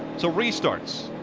so restarts,